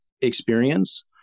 experience